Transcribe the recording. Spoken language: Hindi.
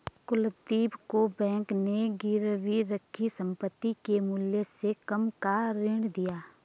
कुलदीप को बैंक ने गिरवी रखी संपत्ति के मूल्य से कम का ऋण दिया